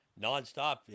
nonstop